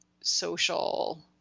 social